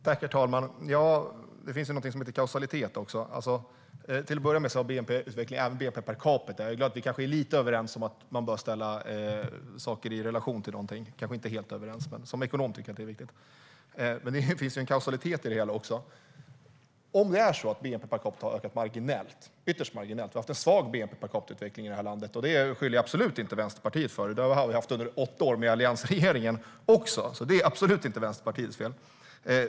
Herr talman! Det finns någonting som heter kausalitet också. Till att börja med har vi haft en svag utveckling av bnp - även av bnp per capita; jag är glad att vi kanske är lite överens, men möjligen inte helt överens, om att man bör ställa saker i relation till någonting. Som ekonom tycker jag att det är viktigt. Men det finns en kausalitet i det hela också. Bnp per capita har ökat ytterst marginellt. Vi har haft en svag utveckling av bnp per capita i det här landet. Det beskyller jag absolut inte Vänsterpartiet för. Det har vi haft under åtta år med alliansregeringen också, så det är absolut inte Vänsterpartiets fel.